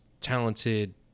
talented